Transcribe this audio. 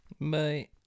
Bye